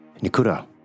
Nikura